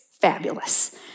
fabulous